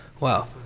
Wow